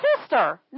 sister